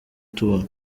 tubona